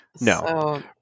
no